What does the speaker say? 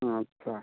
अच्छा